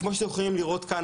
כמו שאתם יכולים לראות כאן,